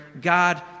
God